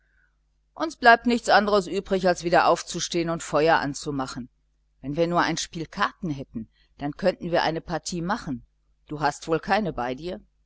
uns bleibt nichts andres übrig als wieder aufzustehen und feuer anzumachen wenn wir nur ein spiel karten hätten dann könnten wir eine partie machen du hast wohl keine bei dir